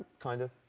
kind of.